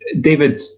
David